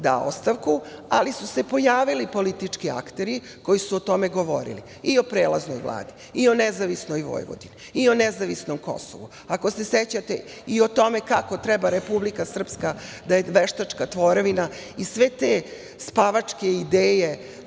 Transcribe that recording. da ostavku, ali su se pojavili politički akteri koji su o tome govorili, i o prelaznoj Vladi, i o nezavisnoj Vojvodini, i o nezavisnom Kosovu. Ako se sećate, i o tome kako je Republika Srpska veštačka tvorevina. Sve te spavačke ideje